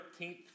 13th